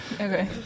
Okay